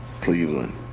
Cleveland